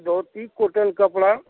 धोती cotton कपड़ा